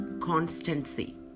constancy